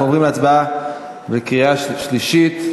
אנחנו עוברים להצבעה בקריאה שלישית.